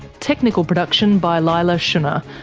technical production by leila shunnar,